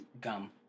gum